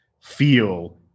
feel